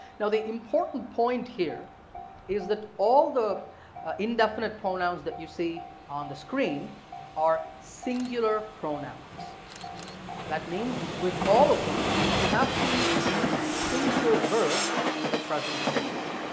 now the important point here is that all the indefinite pronouns that you see on the screen are singular pronouns that means with all of them you have to use singular verbs in the present tense.